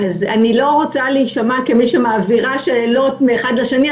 אני לא רוצה להישמע כמי שמעבירה שאלות מאחד לשני,